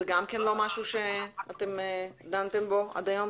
זה גם לא משהו שדנתם בו עד היום?